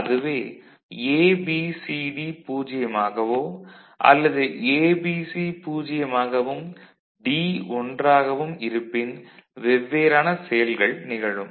அதுவே A B C D 0 ஆகவோ அல்லது A B C - 0 வாகவும் D 1 ஆகவும் இருப்பின் வெவ்வேறான செயல்கள் நிகழும்